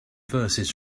verses